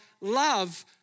love